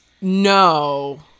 No